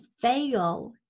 fail